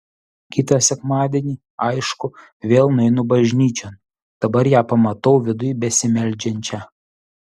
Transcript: kitą sekmadienį aišku vėl nueinu bažnyčion dabar ją pamatau viduj besimeldžiančią